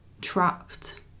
trapped